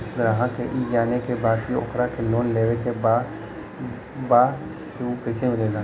ग्राहक के ई जाने के बा की ओकरा के लोन लेवे के बा ऊ कैसे मिलेला?